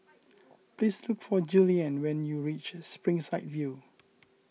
please look for Julianne when you reach Springside View